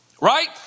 Right